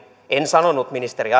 en sanonut ministeri